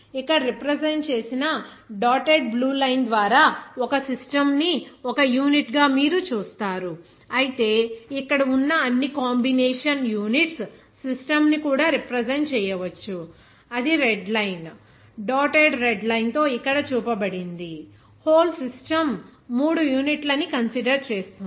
ఇక్కడ రిప్రజెంట్ చేసిన dotted blue line ద్వారా ఒక సిస్టమ్ ని ఒక యూనిట్ గా మీరు చూస్తారు అయితే ఇక్కడ ఉన్న అన్ని కాంబినేషన్ యూనిట్స్ సిస్టమ్ ను కూడా రిప్రజెంట్ చేయవచ్చు అది red line dotted red line తో ఇక్కడ చూపబడింది హోల్ సిస్టమ్ 3 యూనిట్ల ని కన్సిడర్ చేస్తుంది